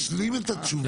אבל תנו להשלים את התשובה.